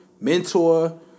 mentor